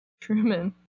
Truman